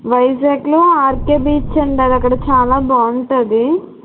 వైజాగ్లో RK beach ఉంటుంది అక్కడ చాలా బాగుంటుంది